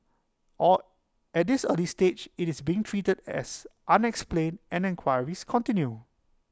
all at this early stage IT is being treated as unexplained and enquiries this continue